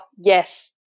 yes